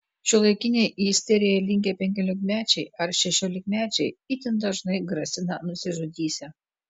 šiuolaikiniai į isteriją linkę penkiolikmečiai ar šešiolikmečiai itin dažnai grasina nusižudysią